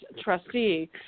trustee